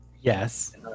Yes